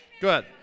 Good